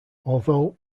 although